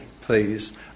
please